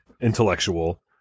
intellectual